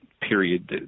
period